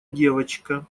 девочка